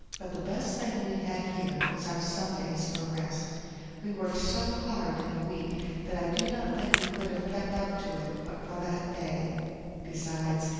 but the best thing we had here was our sundays for rest we worked so hard in the week that i do not think we could have kept up to it but for that day besides,